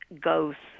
ghosts